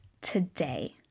today